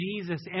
Jesus